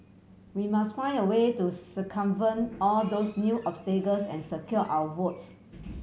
we must find a way to circumvent all those new obstacles and secure our votes